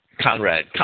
Conrad